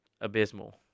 abysmal